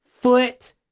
foot